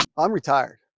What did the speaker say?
i'm retired,